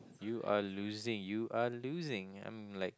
you are losing you are losing I'm like